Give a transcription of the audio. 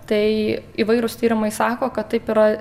tai įvairūs tyrimai sako kad taip yra